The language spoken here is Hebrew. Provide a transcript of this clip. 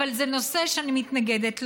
אבל זה נושא שאני מתנגדת לו,